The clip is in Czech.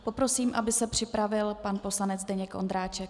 Poprosím, aby se připravil pan poslanec Zdeněk Ondráček.